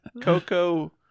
Coco